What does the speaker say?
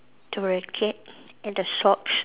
the racket and the socks